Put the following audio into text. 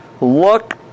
look